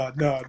no